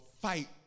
fight